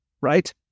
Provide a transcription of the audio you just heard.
right